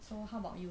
so how about you